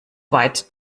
weit